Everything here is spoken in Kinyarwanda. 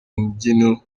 mbyino